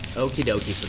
okie dokie